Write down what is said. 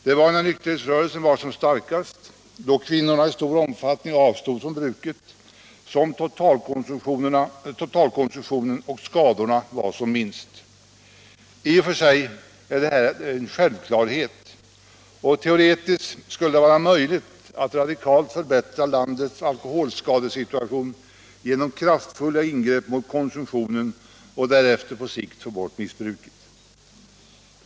Det var när nykterhetsrörelsen var som starkast och då kvinnorna i stor omfattning avstod från bruket som totalkonsumtionen och skadorna var som minst. I och för sig är detta en självklarhet, och teoretiskt skulle det vara möjligt att radikalt förbättra landets alkoholskadesituation genom kraftfulla ingrepp mot konsumtionen och därefter på sikt få bort missbruket.